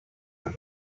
rule